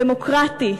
דמוקרטי,